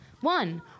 One